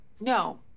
no